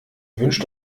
wünscht